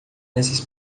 nessas